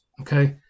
okay